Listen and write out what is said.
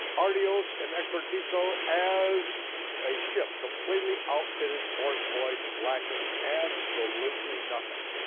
artios and exartizo, as a ship completely outfitted for its voyage lacking absolutely nothing.